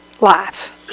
life